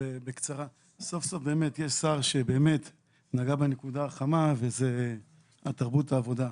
סוף-סוף יש שר שנגע בנקודה החמה וזאת תרבות העבודה.